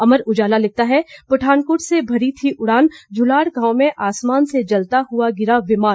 अमर उजाला लिखता है पठानकोट से भरी थी उड़ान जुलाड़ गांव में आसमान से जलता हुआ गिरा विमान